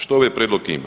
Što ovaj prijedlog ima?